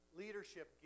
leadership